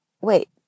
wait